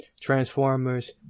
transformers